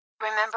Remember